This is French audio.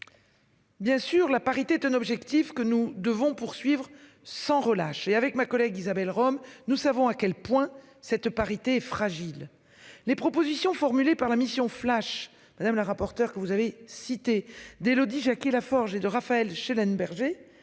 Bien sûr, la parité est un objectif que nous devons poursuivre sans relâche et avec ma collègue, Isabelle Rome, nous savons à quel point cette parité fragile. Les propositions formulées par la mission flash madame la rapporteur que vous avez cité d'Élodie Jacquier-Laforge et de Raphaël Schellenberger